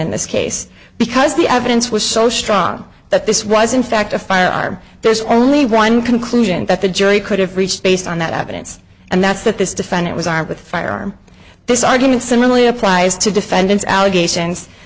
in this case because the evidence was so strong that this was in fact a firearm there's only one conclusion that the jury could have reached based on that evidence and that's that this defendant was armed with a firearm this arguments and really applies to defendants allegations